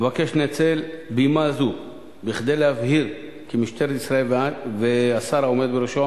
אבקש לנצל בימה זאת כדי להבהיר כי משטרת ישראל והשר העומד בראשה